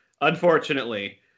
unfortunately